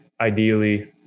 ideally